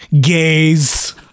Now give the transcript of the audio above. gays